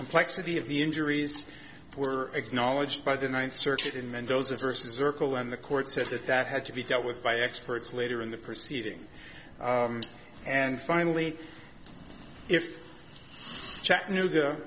complexity of the injuries were acknowledged by the ninth circuit in mendoza versus circle in the court said that that had to be dealt with by experts later in the proceeding and finally if chattanooga